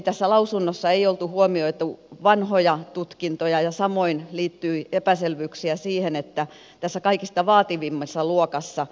tässä lausunnossa ei oltu huomioitu vanhoja tutkintoja ja samoin liittyi epäselvyyksiä siihen mitä ne kelpoisuusvaatimukset tässä kaikista vaativimmassa luokassa